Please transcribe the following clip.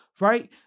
Right